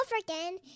again